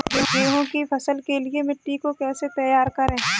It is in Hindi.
गेहूँ की फसल के लिए मिट्टी को कैसे तैयार करें?